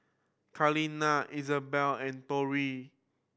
Kaleena Isabell and Tori